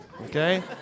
okay